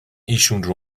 ایشون